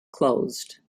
closed